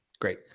Great